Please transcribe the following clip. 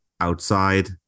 Outside